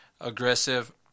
aggressive